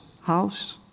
house